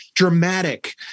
Dramatic